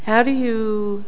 how do you